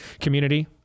community